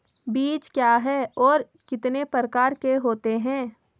बीज क्या है और कितने प्रकार के होते हैं?